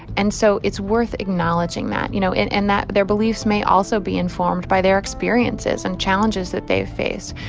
and so it's worth acknowledging that, you know. and and that their beliefs may also be informed by their experiences and challenges that they've faced.